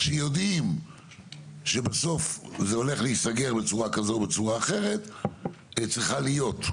שיודעים שהם הולכים להסגר, הוא חשוב מאוד.